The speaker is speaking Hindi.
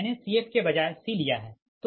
मैंने Cf के बजाय C लिया है